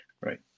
Right